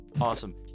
awesome